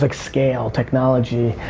like scale technology,